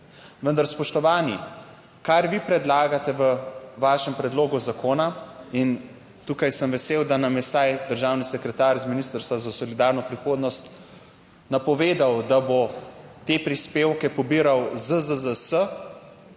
Vendar spoštovani, kar vi predlagate v vašem predlogu zakona in tukaj sem vesel, da nam je vsaj državni sekretar z Ministrstva za solidarno prihodnost napovedal, da bo te prispevke pobiral ZZZS,